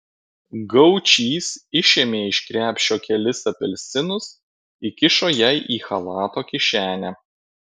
gaučys išėmė iš krepšio kelis apelsinus įkišo jai į chalato kišenę